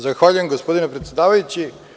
Zahvaljujem gospodine predsedavajući.